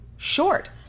Short